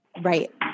right